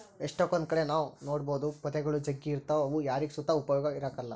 ಎಷ್ಟಕೊಂದ್ ಕಡೆ ನಾವ್ ನೋಡ್ಬೋದು ಪೊದೆಗುಳು ಜಗ್ಗಿ ಇರ್ತಾವ ಅವು ಯಾರಿಗ್ ಸುತ ಉಪಯೋಗ ಇರಕಲ್ಲ